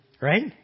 Right